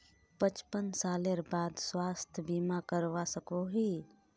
पचपन सालेर बाद स्वास्थ्य बीमा करवा सकोहो ही?